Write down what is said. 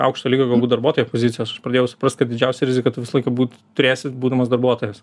aukšto lygio darbuotojo pozicijos aš pradėjau suprast kad didžiausią riziką tu visą laiką būt turėsi būdamas darbuotojas